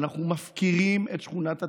אנחנו מפקירים את שכונת התקווה,